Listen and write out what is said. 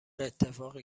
اتفاقی